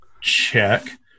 check